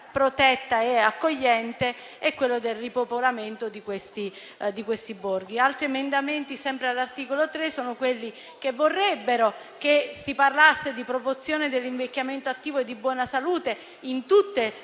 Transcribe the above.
protetta e accogliente e ripopolare quei borghi. Altri emendamenti sempre all'articolo 3 vorrebbero che si parlasse di promozione dell'invecchiamento attivo e di buona salute in tutte le